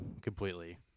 completely